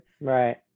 Right